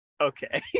Okay